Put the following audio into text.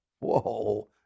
Whoa